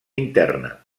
interna